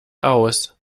aus